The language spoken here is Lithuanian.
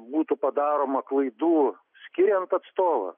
būtų padaroma klaidų skiriant atstovą